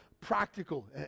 practical